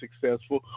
successful